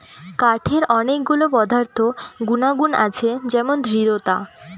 কাঠের অনেক গুলো পদার্থ গুনাগুন আছে যেমন দৃঢ়তা